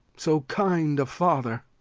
so kind a father